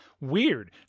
Weird